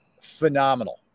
Phenomenal